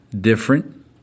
different